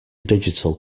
digital